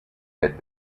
had